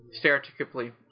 Stereotypically